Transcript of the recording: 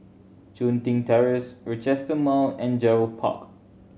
Chun Tin Terrace Rochester Mall and Gerald Park